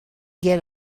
get